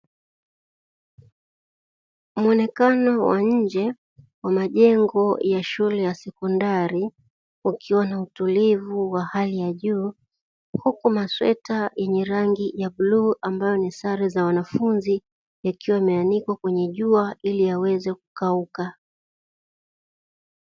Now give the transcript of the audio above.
Muonekano wa nje wa majengo ya shule ya sekondari, ukiwa na utulivu wa hali ya juu, huku masweta yenye rangi ya bluu ambayo ni sare za wanafunzi yakiwa yameanikwa kwenye jua, ili yaweze kukauka.